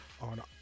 on